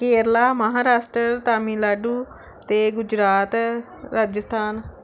ਕੇਰਲਾ ਮਹਾਰਾਸ਼ਟਰ ਤਾਮਿਲਨਾਡੂ ਅਤੇ ਗੁਜਰਾਤ ਰਾਜਸਥਾਨ